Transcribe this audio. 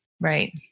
Right